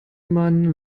man